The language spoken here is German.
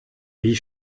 wie